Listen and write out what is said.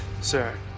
sir